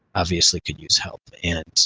obviously could use help and